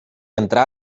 entrà